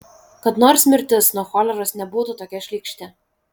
kad nors mirtis nuo choleros nebūtų tokia šlykšti